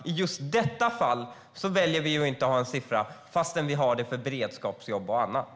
I just detta fall väljer vi att inte ha en siffra, trots att vi har det för beredskapsjobb och annat.